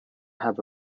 have